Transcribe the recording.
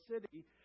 city